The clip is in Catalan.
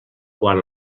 quan